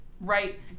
right